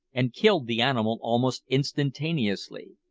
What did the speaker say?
and killed the animal almost instantaneously.